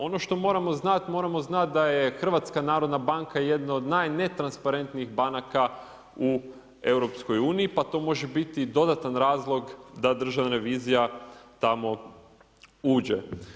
Ono što moramo znati, moramo znati da je HNB jedna od najnetransparentnijih banaka u EU, pa to može biti dodatan razloga da Državna revizija tamo uđe.